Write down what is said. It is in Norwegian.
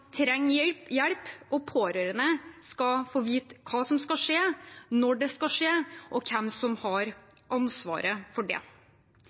trenger hjelp, og pårørende skal få vite hva som skal skje, når det skal skje, og hvem som har ansvaret for det.